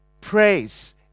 Praise